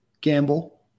Gamble